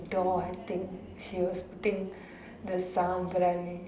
door I think she was putting the sambrani